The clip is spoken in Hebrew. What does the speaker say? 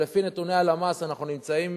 כשלפי נתוני הלמ"ס אנחנו נמצאים